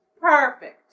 perfect